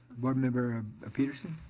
board member petersen?